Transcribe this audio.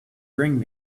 bring